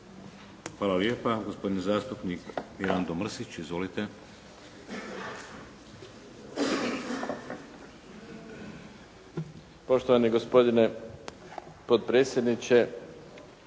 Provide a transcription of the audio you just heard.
Hvala lijepa. Gospodin zastupnik Mirando Mršić. Izvolite.